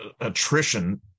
attrition